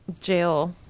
jail